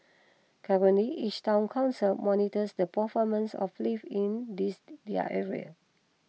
currently each Town Council monitors the performance of lifts in this their area